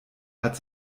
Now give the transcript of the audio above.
hat